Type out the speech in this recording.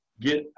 get